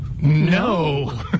No